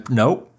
nope